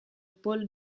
paul